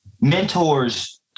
mentors